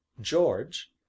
George